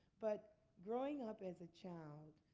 but growing up as a child,